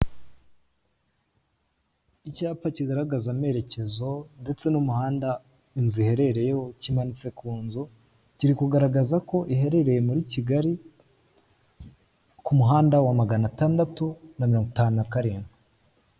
Icyapa kigaragaza amerekezo ndetse n'umuhanda inzu iherereye ho kimanitse ku nzu kiri kugaragaza ko iherereye muri Kigali ku muhanda wa maganatandatu na mirongo itanu na karindwi.